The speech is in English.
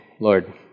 Lord